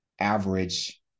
average